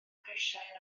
grisiau